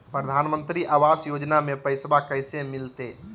प्रधानमंत्री आवास योजना में पैसबा कैसे मिलते?